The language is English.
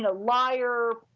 ah liar,